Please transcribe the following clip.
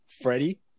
Freddie